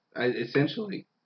Essentially